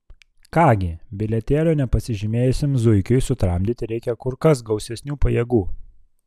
ką gi bilietėlio nepasižymėjusiam zuikiui sutramdyti reikia kur kas gausesnių pajėgų